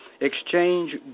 exchange